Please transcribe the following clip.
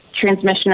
transmission